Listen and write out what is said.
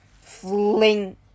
Fling